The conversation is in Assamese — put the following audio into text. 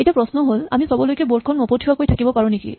এতিয়া প্ৰশ্ন হ'ল আমি চবলৈকে বৰ্ড খন নপঠিওৱাকৈ থাকিব পাৰো নেকি